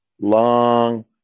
long